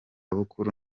bukuru